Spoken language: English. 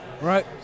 right